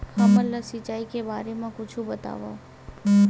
हमन ला सिंचाई के बारे मा कुछु बतावव?